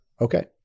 okay